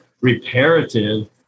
reparative